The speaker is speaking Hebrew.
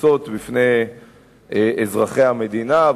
פרוסות בפני אזרחי המדינה,